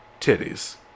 titties